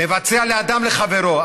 מבצע בין אדם לחברו,